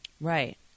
Right